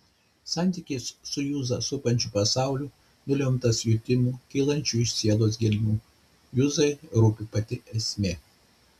santykis su juzą supančiu pasauliu nulemtas jutimų kylančių iš sielos gelmių juzai rūpi pati esmė